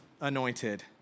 anointed